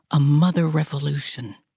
a mother revolution.